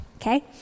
okay